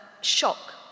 shock